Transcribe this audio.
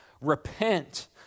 Repent